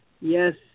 Yes